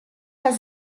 had